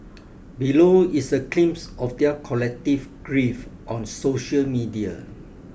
below is a glimpse of their collective grief on social media